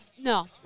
No